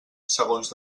segons